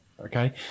okay